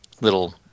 little